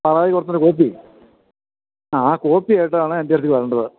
പരാതി കൊടുത്തതിൻ്റെ കോപ്പി അ ആ കോപ്പിയായിട്ടാണ് എൻ്റെയടുത്തേക്ക് വരേണ്ടത്